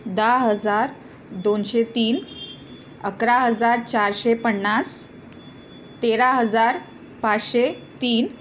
दहा हजार दोनशे तीन अकरा हजार चारशे पन्नास तेरा हजार पाचशे तीन